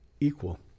equal